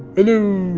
hello